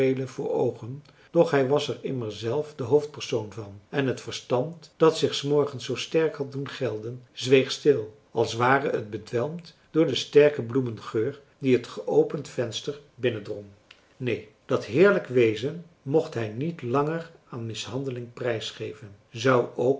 voor oogen doch hij was er immer zelf de hoofdpersoon van en het verstand dat zich s morgens zoo sterk had doen gelden zweeg stil als ware t bedwelmd door den sterken bloemengeur die het geopend venster binnendrong neen dat heerlijk wezen mocht hij niet langer aan mishandeling prijsgeven zou